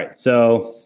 so